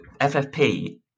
FFP